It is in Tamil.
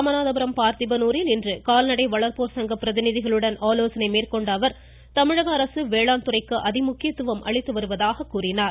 ராமநாதபுரம் பார்த்திபனுரில் இன்று கால்நடை வளர்ப்போர் சங்க பிரதிநிதிகளுடன் ஆலோசனை மேற்கொண்ட அவர் தமிழக அரசு வேளாண் துறைக்கு அதி முக்கியத்துவம் அளித்து வருவதாக கூறினார்